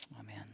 Amen